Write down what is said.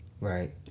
Right